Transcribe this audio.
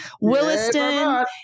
Williston